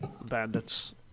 bandits